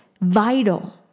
vital